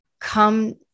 come